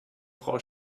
frau